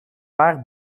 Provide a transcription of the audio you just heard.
paar